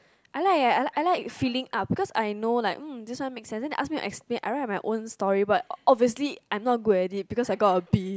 I like leh I like filling up because I know like this one make sense then they ask me explain I write my own story obviously I am not creative because I got a B